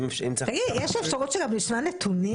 יש אפשרות לשמוע נתונים?